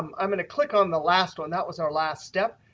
um i'm going to click on the last one. that was our last step.